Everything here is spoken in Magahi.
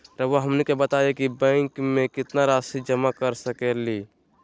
रहुआ हमनी के बताएं कि बैंक में कितना रासि जमा कर सके ली?